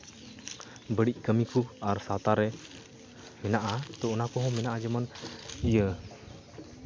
ᱵᱟᱹᱲᱤᱡ ᱠᱟᱹᱢᱤ ᱠᱚ ᱟᱨ ᱥᱟᱶᱛᱟ ᱨᱮ ᱢᱮᱱᱟᱜᱼᱟ ᱛᱳ ᱢᱮᱱᱟᱜᱼᱟ ᱚᱱᱟ ᱠᱚᱦᱚᱸ ᱡᱮᱢᱚᱱ ᱤᱭᱟᱹ